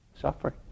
suffering